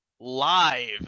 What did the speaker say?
live